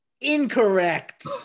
incorrect